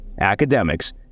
academics